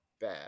bad